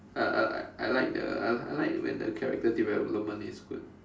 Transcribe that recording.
uh I I like the I like when the character development is good